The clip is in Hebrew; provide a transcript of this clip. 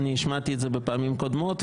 השמעתי את זה בפעמים קודמות,